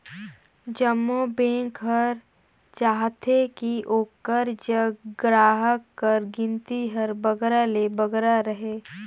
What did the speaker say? जम्मो बेंक हर चाहथे कि ओकर जग गराहक कर गिनती हर बगरा ले बगरा रहें